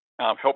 help